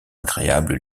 agréable